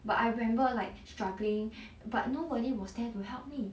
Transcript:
but I remember like struggling but nobody was there to help me